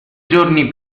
giorni